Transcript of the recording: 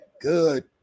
Good